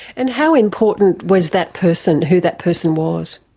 and how important was that person, who that person was?